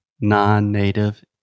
non-native